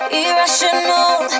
irrational